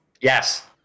Yes